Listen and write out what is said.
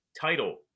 title